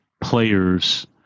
players